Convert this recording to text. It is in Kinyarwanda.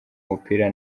umupira